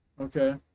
Okay